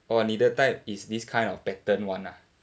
orh 妳的 type is this kind of pattern [one] ah